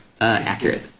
accurate